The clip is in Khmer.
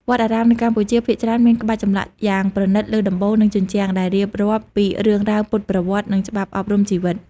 វត្តអារាមនៅកម្ពុជាភាគច្រើនមានក្បាច់ចម្លាក់យ៉ាងប្រណីតលើដំបូល និងជញ្ជាំង ដែលរៀបរាប់ពីរឿងរ៉ាវពុទ្ធប្រវត្តិ និងច្បាប់អប់រំជីវិត។